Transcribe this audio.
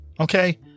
Okay